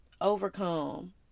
overcome